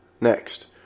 next